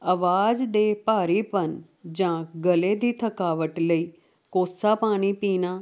ਅਵਾਜ਼ ਦੇ ਭਾਰੀਪਨ ਜਾਂ ਗਲੇ ਦੀ ਥਕਾਵਟ ਲਈ ਕੋਸਾ ਪਾਣੀ ਪੀਣਾ